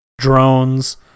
Drones